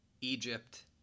Egypt